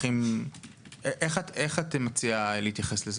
איך את מציעה להתייחס לזה?